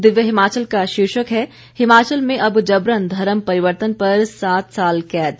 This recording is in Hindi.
दिव्य हिमाचल का शीर्षक है हिमाचल में अब जबरन धर्म परिवर्तन पर सात साल कैद